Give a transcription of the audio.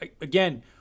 again